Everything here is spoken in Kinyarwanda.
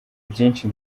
byinshi